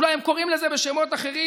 אולי הם קוראים לזה בשמות אחרים,